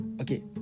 Okay